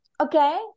okay